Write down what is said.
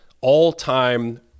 all-time